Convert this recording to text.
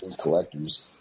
collectors